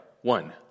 one